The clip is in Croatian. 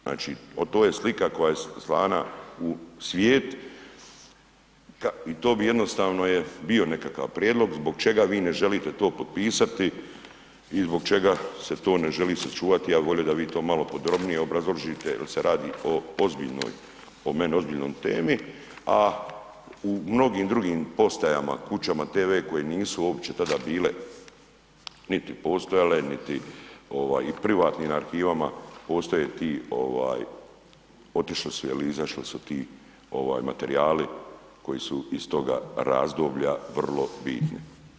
Znači oto je slika koja je slana u svijet i to bi jednostavno je bio nekakav prijedlog zbog čega vi ne želite to potpisati i zbog čega se to ne želi sačuvati, ja bi volio da vi to malo podrobnije obrazložite jel se radi o ozbiljnoj, po meni ozbiljnoj temi, a u mnogim drugim postajama, kućama TV koje nisu uopće tada bile, niti postojale, niti ovaj i u privatnim arhivama postoje ti ovaj, otišli su je li, izašli su ti ovaj materijali koji su iz toga razdoblja vrlo bitni.